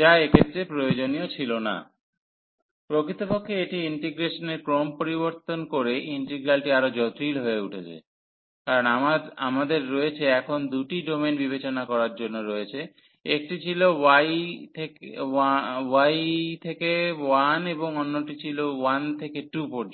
যা এক্ষেত্রে প্রয়োজনীয় ছিল না প্রকৃতপক্ষে এটি ইন্টিগ্রেশনের ক্রম পরিবর্তন করে ইন্টিগ্রালটি আরও জটিল হয়ে উঠেছে কারণ আমাদের রয়েছে এখন দুটি ডোমেন বিবেচনা করার জন্য রয়েছে একটি ছিল y থেকে 1 এবং অন্যটি ছিল 1 থেকে 2 পর্যন্ত